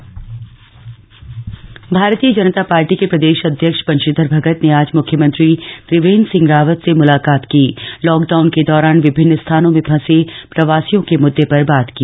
भेंट वार्ता भारतीय जनता पार्टी के प्रदेश अध्यक्ष बंशीधर भगत ने आज मुख्यमंत्री त्रिवेंद्र सिंह रावत से मुलाकात की और लॉक डाउन के दौरान विभिन्न स्थानों में फंसे प्रवासियों के मुद्दे पर बात की